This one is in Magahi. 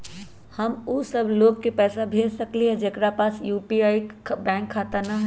हम उ सब लोग के पैसा भेज सकली ह जेकरा पास यू.पी.आई बैंक खाता न हई?